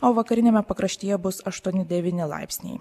o vakariniame pakraštyje bus aštuoni devyni laipsniai